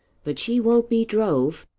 but she won't be drove.